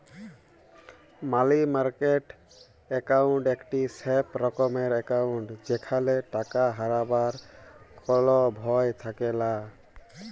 মালি market account একটি safe রকমের account যেখালে টাকা হারাবার কল ভয় থাকেলা